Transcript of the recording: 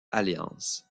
alliance